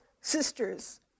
sisters